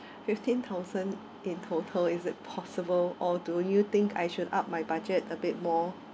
fifteen thousand in total is it possible or do you think I should up my budget a bit more